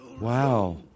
Wow